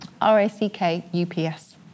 R-A-C-K-U-P-S